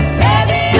baby